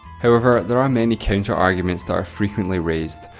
however, there are many counter arguments that are frequently raised.